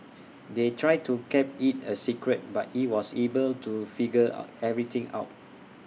they tried to kept IT A secret but he was able to figure everything out